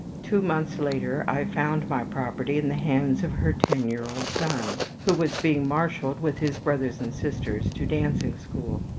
two months later i found my property in the hands of her ten-year-old son, who was being marshalled with his brothers and sisters to dancing-school.